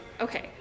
Okay